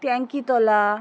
Tankitala